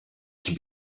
can